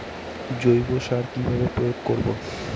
জৈব সার কি ভাবে প্রয়োগ করব?